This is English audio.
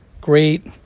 great